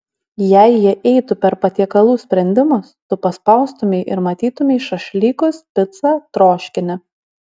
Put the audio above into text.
jei jie eitų per patiekalų sprendimus tu paspaustumei ir matytumei šašlykus picą troškinį